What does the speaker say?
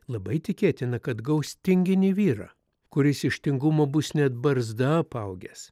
labai tikėtina kad gaus tinginį vyrą kuris iš tingumo bus net barzda apaugęs